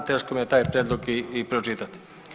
Teško mi je taj prijedlog i pročitati.